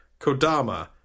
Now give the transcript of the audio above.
Kodama